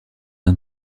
uns